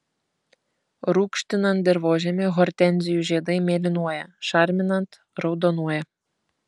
rūgštinant dirvožemį hortenzijų žiedai mėlynuoja šarminant raudonuoja